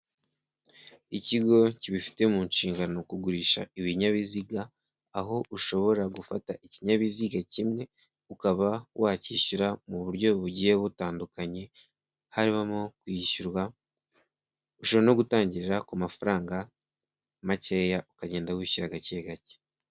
Ikigo kibifite mu nshingano kugurisha ibinyabiziga, aho ushobora gufata ikinyabiziga kimwe, ukaba wacyishyura mu buryo bugiye butandukanye, harimo kwishyurwa, ushobora no gutangirira ku mafaranga makeya ukagenda wishyura gake gake.